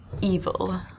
evil